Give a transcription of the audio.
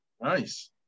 nice